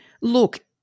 look